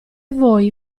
voi